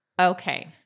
Okay